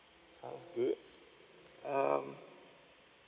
sounds good um